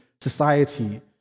society